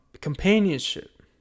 companionship